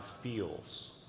feels